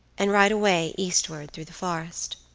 and ride away eastward through the forest.